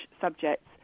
subjects